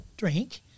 drink